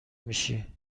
میشی